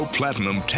Platinum